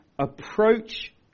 approach